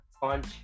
punch